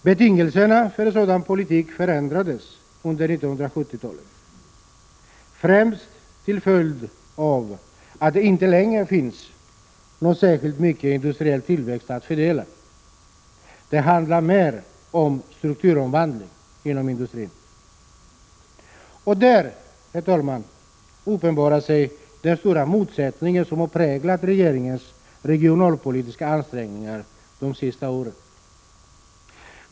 Betingelserna för en sådan politik förändrades under 1970-talet, främst till följd av att det inte längre finns särskilt mycket industriell tillväxt att fördela. Det handlar mer om strukturomvandling inom industrin. Där, herr talman, uppenbarar sig den stora motsättning som har präglat regeringens regionalpolitiska ansträngningar de senaste åren.